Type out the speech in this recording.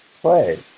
play